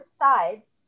sides